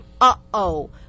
uh-oh